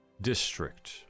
district